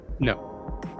no